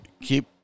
keep